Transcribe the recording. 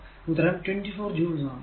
ഉത്തരം 24 ജൂൾ ആണ്